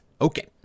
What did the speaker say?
Okay